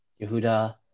Yehuda